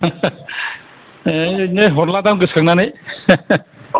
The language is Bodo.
ओइ बिदिनो हरलादों आं गोसो खांनानै